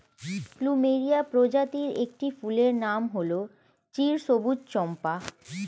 plumeria প্রজাতির একটি ফুলের নাম হল চিরসবুজ চম্পা